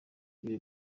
ibihe